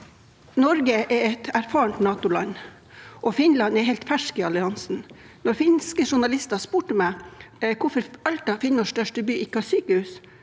Norge er et erfarent NATO-land, Finland er helt fersk i alliansen. Da finske journalister spurte meg om hvorfor Alta, Finnmarks største by, ikke har sykehus,